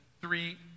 three